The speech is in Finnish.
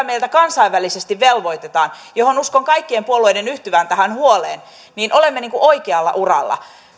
meiltä kansainvälisesti velvoitetaan uskon kaikkien puolueiden yhtyvän tähän huoleen niin olemme oikealla uralla